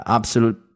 absolute